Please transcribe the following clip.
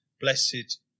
blessed